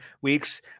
weeks